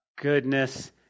goodness